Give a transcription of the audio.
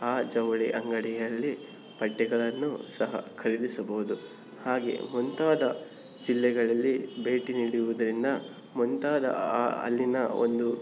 ಆ ಜವಳಿ ಅಂಗಡಿಯಲ್ಲಿ ಬಟ್ಟೆಗಳನ್ನೂ ಸಹ ಖರೀದಿಸಬಹುದು ಹಾಗೆ ಮುಂತಾದ ಜಿಲ್ಲೆಗಳಲ್ಲಿ ಭೇಟಿ ನೀಡುವುದರಿಂದ ಮುಂತಾದ ಆ ಅಲ್ಲಿನ ಒಂದು